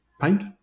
paint